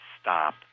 stop